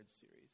series